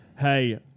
hey